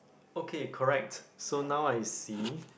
okay correct so now I see